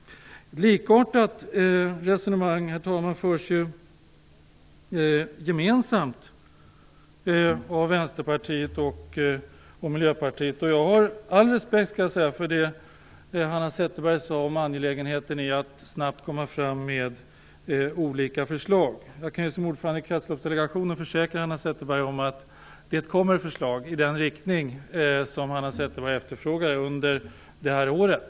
Likartat resonemang, herr talman, förs ju gemensamt av Vänsterpartiet och Miljöpartiet, och jag har all respekt, skall jag säga, för det Hanna Zetterberg sade om angelägenheten i att snabbt komma fram med olika förslag. Jag kan som ordförande i Kretsloppsdelegationen försäkra Hanna Zetterberg om att det kommer förslag i den riktning som Hanna Zetterberg efterfrågar under det här året.